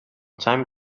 time